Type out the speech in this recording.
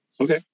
Okay